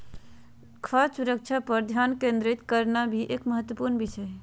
खाद्य सुरक्षा पर ध्यान केंद्रित करना भी एक महत्वपूर्ण विषय हय